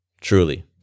truly